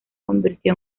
convirtió